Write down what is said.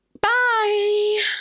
Bye